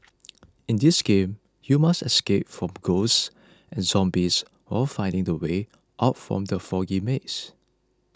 in this game you must escape from ghosts and zombies while finding the way out from the foggy maze